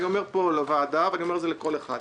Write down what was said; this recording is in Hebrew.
אני אומר פה לוועדה ואני אומר לכל אחד: